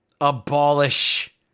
abolish